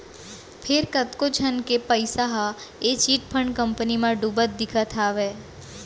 फेर कतको झन के पइसा ह ए चिटफंड कंपनी म डुबत दिखत हावय